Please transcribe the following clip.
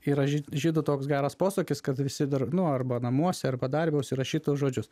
yra žydų toks geras posakis kad visi dar nu arba namuose arba darbe užsirašytus žodžius